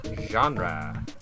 Genre